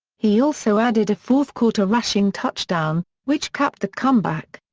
he also added a fourth quarter rushing touchdown, which capped the comeback.